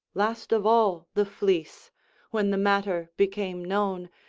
last of all the fleece when the matter became known,